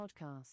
Podcast